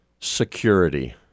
security